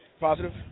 Positive